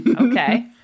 Okay